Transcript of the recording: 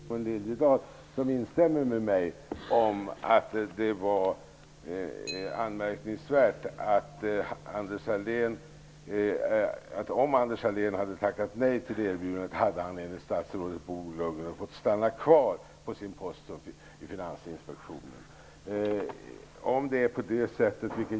Herr talman! Jag tycker, liksom Simon Liliedahl, att det är anmärkningsvärt att om Anders Sahlén hade tackat nej till erbjudandet hade han enligt statsrådet Bo Lundgren fått stanna kvar på sin post i Finansinspektionen.